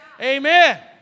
amen